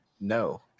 no